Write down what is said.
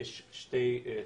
יש שתי תקופות,